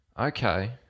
okay